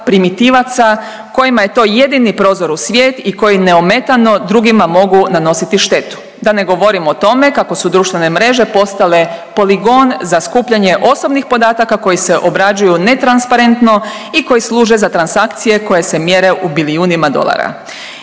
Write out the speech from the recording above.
primitivaca kojima je to jedini prozor u svijet i koji neometano drugima mogu nanositi štetu. Da ne govorim o tome kako su društvene mreže postale poligon za skupljanje osobnih podataka koji se obrađuju netransparentno i koji služe za transakcije koje se mjere u bilijunima dolara.